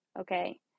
Okay